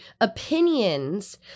opinions